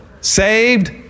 Saved